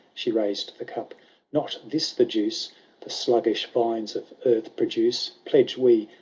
she raised the cupba not this the juice the sluggish vines of earth produce pledge we,